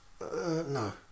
No